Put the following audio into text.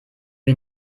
wir